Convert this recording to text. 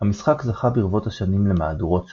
המשחק זכה ברבות השנים למהדורות שונות,